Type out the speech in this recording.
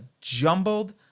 jumbled